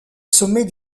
sommet